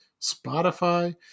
Spotify